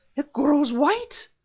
it grows white.